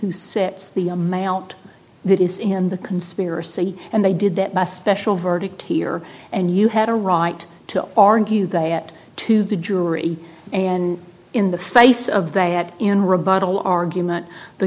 who sets the a male that is in the conspiracy and they did that by special verdict here and you had a right to argue that to the jury and in the face of that in rebuttal argument the